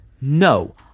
No